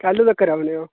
कैह्ल्लूं तक्कर औने ओह्